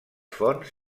fonts